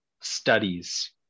studies